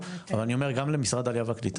אבל אני אומר אגב גם למשרד הקליטה,